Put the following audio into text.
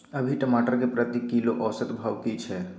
अभी टमाटर के प्रति किलो औसत भाव की छै?